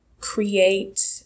create